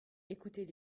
écoutez